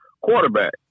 quarterback